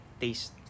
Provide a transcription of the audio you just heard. taste